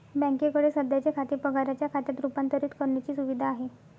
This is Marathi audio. बँकेकडे सध्याचे खाते पगाराच्या खात्यात रूपांतरित करण्याची सुविधा आहे